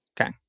Okay